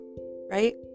right